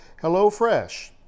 HelloFresh